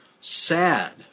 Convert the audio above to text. sad